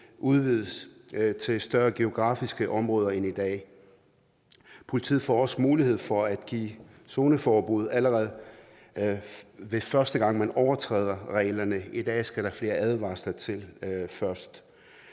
udvides til større geografiske områder end i dag. Politiet får også mulighed for at give zoneforbud, allerede første gang man overtræder reglerne. I dag skal der flere advarsler til først.